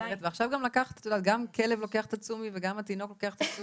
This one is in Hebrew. ועכשיו גם הכלבה לוקחת את ה"תשומי" וגם התינוקת לוקחת את ה"תשומי",